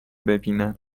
ببینم